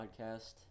podcast